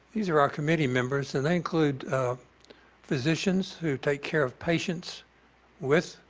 these are our committee members and they include physicians who take care of patients with